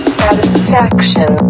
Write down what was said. satisfaction